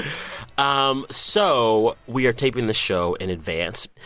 um so we are taping the show in advance.